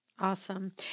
Awesome